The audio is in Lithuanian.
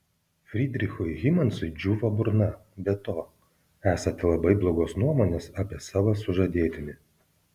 frydrichui hymansui džiūvo burna be to esate labai blogos nuomonės apie savo sužadėtinį